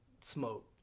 smoke